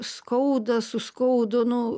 skauda suskaudo nu